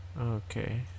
okay